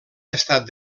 estat